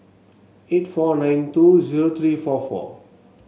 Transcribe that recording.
eight four nine two zero three four four